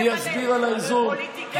אני אסביר על האיזון,